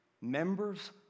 members